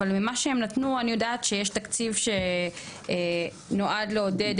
אבל ממה שהם נתנו אני יודעת שיש תקציב שנועד לעודד